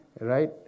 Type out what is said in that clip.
right